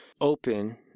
open